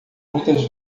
muitas